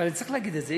אבל צריך להגיד את זה,